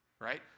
right